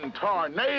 Tornado